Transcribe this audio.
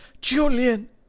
Julian